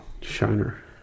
Shiner